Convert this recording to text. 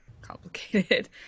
complicated